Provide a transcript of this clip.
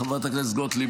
חברת הכנסת גוטליב,